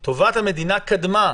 אבל טובת המדינה קדמה.